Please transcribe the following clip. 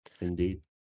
indeed